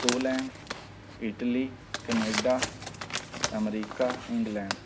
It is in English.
Poland Italy Canada America England